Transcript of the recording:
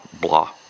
blah